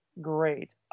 Great